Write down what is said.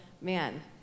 man